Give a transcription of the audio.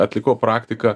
atlikau praktiką